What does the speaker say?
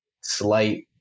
slight